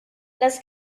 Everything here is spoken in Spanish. las